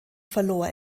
verlor